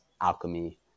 alchemy